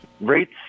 rates